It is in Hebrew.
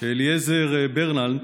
אליעזר ברלנד,